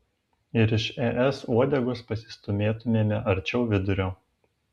ir iš es uodegos pasistūmėtumėme arčiau vidurio